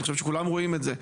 אני חושב שכולם רואים את זה,